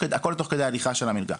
הכל תוך כדי הליכה של המלגה.